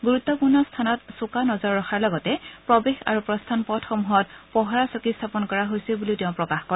গুৰুত্পূৰ্ণ স্থানত চোকা নজৰ ৰখাৰ লগতে প্ৰৱেশ আৰু প্ৰস্থান পথসমূহত পহৰা চকী স্থাপন কৰা হৈছে বুলিও তেওঁ প্ৰকাশ কৰে